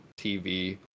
tv